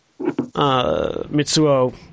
Mitsuo